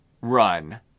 run